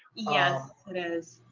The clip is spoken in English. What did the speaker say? yes it is.